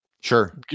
sure